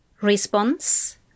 Response